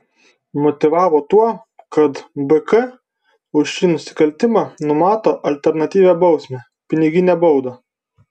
motyvavo tuo kad bk už šį nusikaltimą numato alternatyvią bausmę piniginę baudą